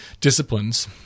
disciplines